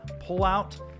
pullout